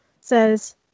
says